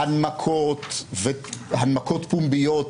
-- הנמקות פומביות,